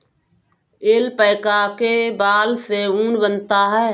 alpaca के बाल से ऊन बनता है